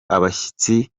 abashyitsi